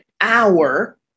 hour